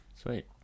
Sweet